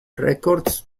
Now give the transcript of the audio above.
records